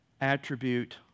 attribute